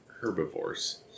herbivores